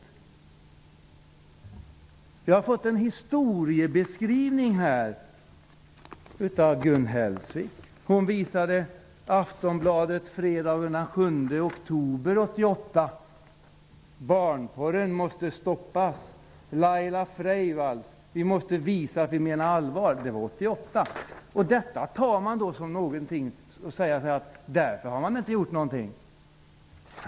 Vi har här fått en historieskrivning av Gun Hellsvik. Hon visade en sida ur Aftonbladet från den 7 oktober 1988. Där stod: Barnporren måste stoppas. Laila Freivalds: Vi måste visa att vi menar allvar. Detta har man då tagit till intäkt för att man inte har gjort någonting.